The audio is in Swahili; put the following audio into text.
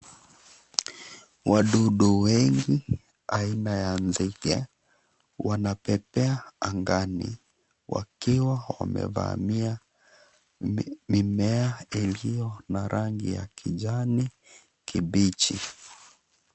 Wadudu wengi aina ya nzige wanapepea angani wakiwa wamevamia mimea iliyo na rangi ya kijani kibichi.